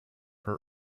her